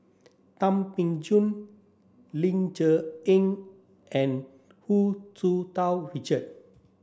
Thum Ping Tjin Ling Cher Eng and Hu Tsu Tau Richard